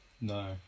No